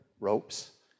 ropes